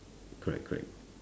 correct correct